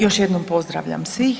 Još jednom pozdravljam svih.